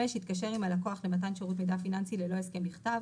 התקשר עם הלקוח למתן שירות מידע פיננסי בלא הסכם בכתב,